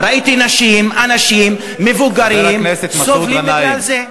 ראיתי נשים, אנשים, מבוגרים, סובלים בגלל זה.